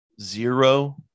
zero